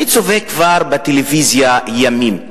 אני צופה בטלוויזיה כבר ימים.